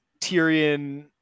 Tyrion